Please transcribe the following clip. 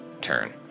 turn